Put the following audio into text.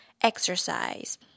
exercise